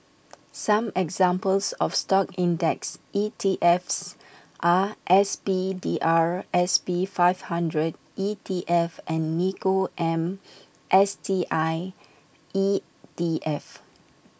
some examples of stock index E T Fs are S P D R S P five hundred E T F and Nikko Am S T I ET F